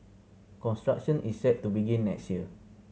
construction is set to begin next year